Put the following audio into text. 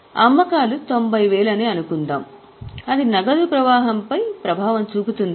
అమ్మకాలు 90000 అని అనుకుందాం అది నగదు ప్రవాహంపై ప్రభావం చూపుతుందా